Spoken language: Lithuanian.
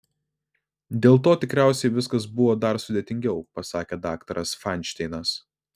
dėl to tikriausiai viskas buvo dar sudėtingiau pasakė daktaras fainšteinas